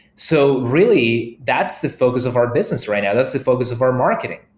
so really that's the focus of our business right now. that's the focus of our marketing.